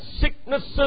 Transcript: sicknesses